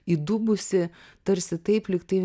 įdubusi tarsi taip lygtai